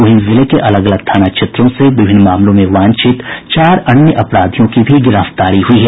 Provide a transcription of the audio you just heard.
वहीं जिले के अलग अलग थाना क्षेत्रों से विभिन्न मामलों में वांछित चार अन्य अपराधियों की भी गिरफ्तारी हुई है